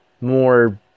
more